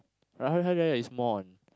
but Hari Raya is more on